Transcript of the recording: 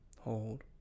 hold